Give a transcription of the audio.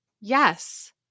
Yes